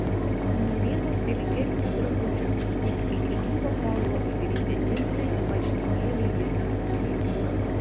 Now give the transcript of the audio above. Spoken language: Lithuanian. nė vieno stilingesnio drabužio tik iki gyvo kaulo įgrisę džinsai marškinėliai ir megztukai